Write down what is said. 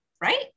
right